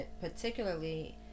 particularly